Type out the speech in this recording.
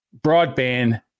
broadband